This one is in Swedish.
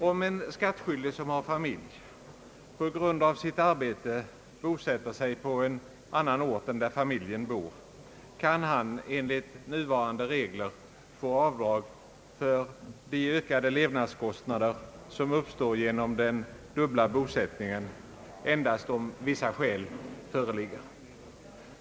Om en skattskyldig som har familj på grund av sitt arbete bosätter sig på annan ort än där familjen bor kan han enligt nuvarande regler få avdrag för de ökade levnadskostnader som uppstår genom den dubbla bosättningen, endast om vissa skäl föreligger.